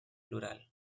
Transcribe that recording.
plural